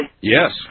Yes